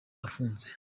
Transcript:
afunze